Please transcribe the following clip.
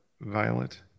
violet